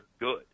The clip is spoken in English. good